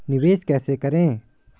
निवेश कैसे करें?